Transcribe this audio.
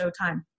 Showtime